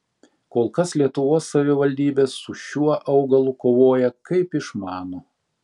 kol kas lietuvos savivaldybės su šiuo augalu kovoja kaip išmano